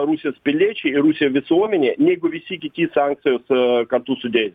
rusijos piliečiai rusija visuomenė negu visi kiti sankcijos kartu sudėjus